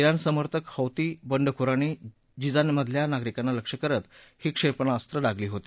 जिण समर्थक हौती बंडखोरांनी जिजान मधल्या नागरिकांना लक्ष्य करत ही क्षप्रणास्त्रं डागली होती